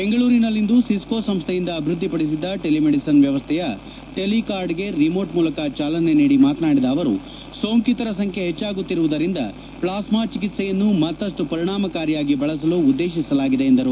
ಬೆಂಗಳೂರಿನಲ್ಲಿಂದು ಸಿಸ್ಕೋ ಸಂಸ್ಥೆಯಿಂದ ಅಭಿವೃದ್ದಿಪಡಿಸಿದ ಟೆಲಿ ಮೆಡಿಸನ್ ವ್ಯವಸ್ಥೆಯ ಟೆಲಿಕಾರ್ಡ್ಗೆ ರಿಮೊಟ್ ಮೂಲಕ ಚಾಲನೆ ನೀಡಿ ಮಾತನಾಡಿದ ಅವರು ಸೋಂಕಿತರ ಸಂಖ್ಯೆ ಹೆಚ್ಚಾಗುತ್ತಿರುವುದರಿಂದ ಪ್ಲಾಸ್ತಾ ಚಿಕಿತ್ವೆಯನ್ನು ಮತ್ತಪ್ಪು ಪರಿಣಾಮಕಾರಿಯಾಗಿ ಬಳಸಲು ಉದ್ನೇತಿಸಲಾಗಿದೆ ಎಂದರು